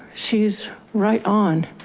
she's right on.